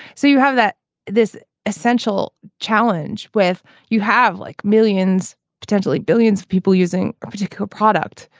so you have that this essential challenge with you have like millions potentially billions of people using a particular product.